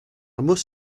must